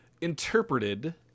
interpreted